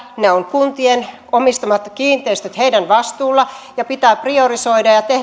kuntien omistamat kiinteistöt ovat heidän vastuullaan ja pitää priorisoida ja tehdä